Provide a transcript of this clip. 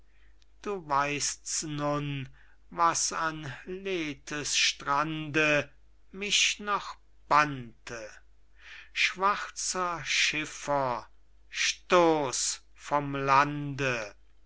du weißts nun was an lethes strande mich noch bannte schwarzer schiffer stoß vom lande